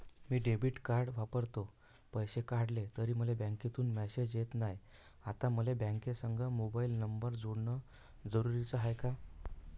मी debit card वापरतो, पैसे काढले तरी मले बँकेमंधून मेसेज येत नाय, आता मले बँकेसंग मोबाईल नंबर जोडन जरुरीच हाय का?